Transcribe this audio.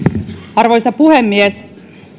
arvoisa puhemies